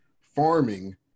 farming